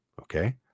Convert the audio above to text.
Okay